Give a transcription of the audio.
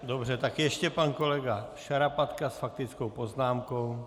Dobře, tak ještě pan kolega Šarapatka s faktickou poznámkou.